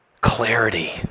Clarity